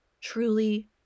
truly